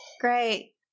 Great